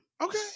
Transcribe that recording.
Okay